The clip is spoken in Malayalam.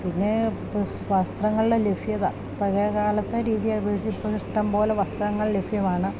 പിന്നേ ഇപ്പോൾ വസ്ത്രങ്ങളിലെ ലഭ്യത പഴയ കാലത്തെ രീതി അപേക്ഷിച്ച് ഇപ്പം ഇഷ്ടംപോലെ വസ്ത്രങ്ങൾ ലഭ്യമാണ്